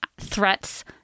threats